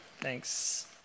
thanks